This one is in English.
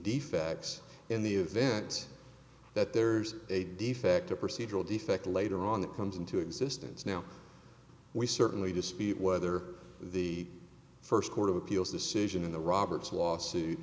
defects in the event that there's a defect or procedural defect later on that comes into existence now we certainly dispute whether the first court of appeals decision in the roberts lawsuit